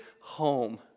home